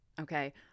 okay